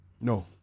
No